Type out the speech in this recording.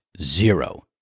Zero